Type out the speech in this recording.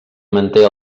manté